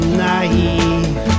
naive